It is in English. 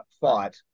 fought